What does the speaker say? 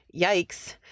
yikes